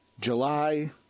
july